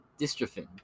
dystrophin